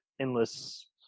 endless